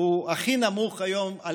הוא הכי נמוך היום על